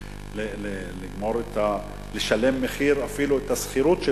שלא יכולים לשלם אפילו את מחיר השכירות,